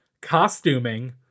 costuming